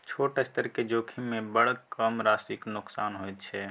छोट स्तर केर जोखिममे बड़ कम राशिक नोकसान होइत छै